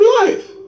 life